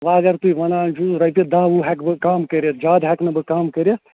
وۄنۍ اگر تُہۍ ونان چھُو رۄپیہِ داہ وُہ ہیٚکہٕ بہٕ کم کٔرِتھ زیادٕ ہیٚکہٕ نہٕ بہٕ کم کٔرِتھ